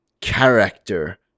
character